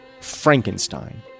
Frankenstein